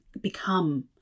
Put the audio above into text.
become